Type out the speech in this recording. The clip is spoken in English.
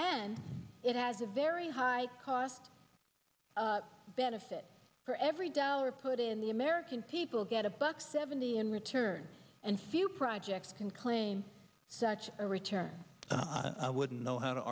and it has a very high cost benefit for every dollar put in the american people get a buck seventy in return and few projects can claim such a return i wouldn't know how to